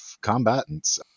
combatants